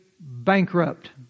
bankrupt